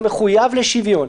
אתה מחויב לשוויון.